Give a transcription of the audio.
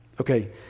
Okay